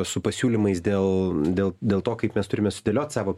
su pasiūlymais dėl dėl dėl to kaip mes turime sudėliot savo